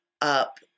up